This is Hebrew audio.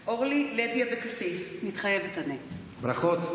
אורלי לוי אבקסיס, מתחייבת אני ברכות.